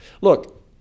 Look